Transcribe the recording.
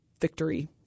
victory